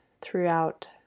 throughout